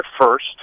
first